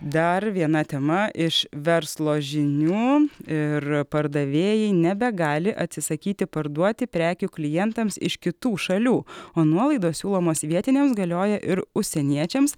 dar viena tema iš verslo žinių ir pardavėjai nebegali atsisakyti parduoti prekių klientams iš kitų šalių o nuolaidos siūlomos vietiniams galioja ir užsieniečiams